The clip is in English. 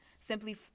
simply